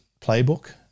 playbook